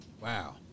Wow